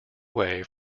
way